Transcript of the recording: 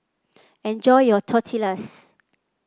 enjoy your Tortillas